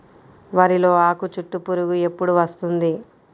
వరిలో ఆకుచుట్టు పురుగు ఎప్పుడు వస్తుంది?